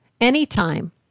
anytime